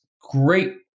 great